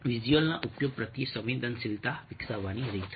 વિઝ્યુઅલના ઉપયોગ પ્રત્યે સંવેદનશીલતા વિકસાવવાની રીત